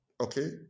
Okay